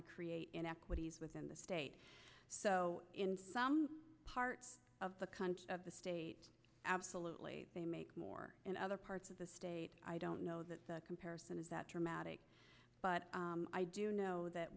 to create inequities within the state so in some parts of the country the states absolutely they make more in other parts of the state i don't know that the comparison is that dramatic but i do know that